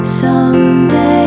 someday